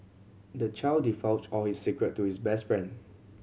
the child divulged all his secret to his best friend